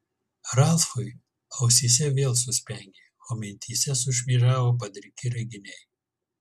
ralfui ausyse vėl suspengė o mintyse sušmėžavo padriki reginiai